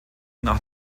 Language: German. nach